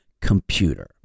computer